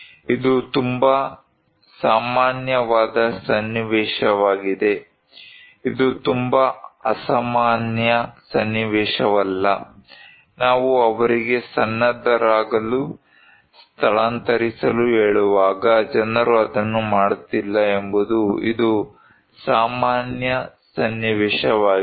ಇದು ತುಂಬಾ ಸಾಮಾನ್ಯವಾದ ಸನ್ನಿವೇಶವಾಗಿದೆ ಇದು ತುಂಬಾ ಅಸಾಮಾನ್ಯ ಸನ್ನಿವೇಶವಲ್ಲ ನಾವು ಅವರಿಗೆ ಸನ್ನದ್ಧರಾಗಲು ಸ್ಥಳಾಂತರಿಸಲು ಹೇಳುವಾಗ ಜನರು ಅದನ್ನು ಮಾಡುತ್ತಿಲ್ಲ ಎಂಬುದು ಇದು ಸಾಮಾನ್ಯ ಸನ್ನಿವೇಶವಾಗಿದೆ